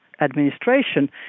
administration